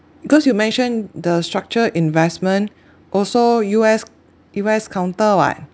because you mentioned the structured investment also U_S U_S counter [what]